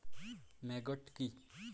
Maggot কি?